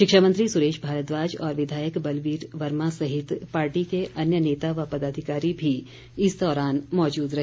शिक्षा मंत्री सुरेश भारद्वाज और विधायक बलवीर वर्मा सहित पार्टी के अन्य नेता व पदाधिकारी भी इस दौरान मौजूद रहे